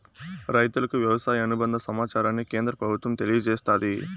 రైతులకు వ్యవసాయ అనుబంద సమాచారాన్ని కేంద్ర ప్రభుత్వం తెలియచేస్తాది